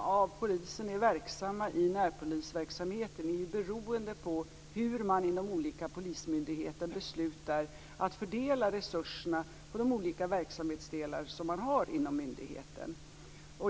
av poliserna som är verksamma i närpolisverksamheten är beroende av hur man i de olika polismyndigheterna beslutar att fördela resurserna på de olika verksamhetsdelarna som man har inom myndigheten.